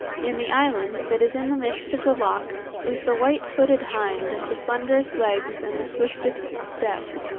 in the island that is in the midst of the loch is the white-footed hind of the slenderest legs and the swiftest step,